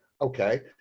Okay